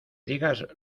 digas